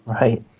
Right